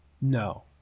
No